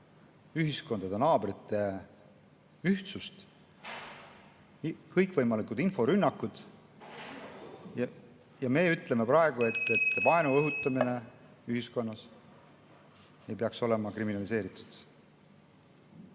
ühiskondade, naabrite ühtsust, ja on kõikvõimalikud inforünnakud, te ütlete praegu, et vaenu õhutamine ühiskonnas ei peaks olema kriminaliseeritud.